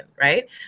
right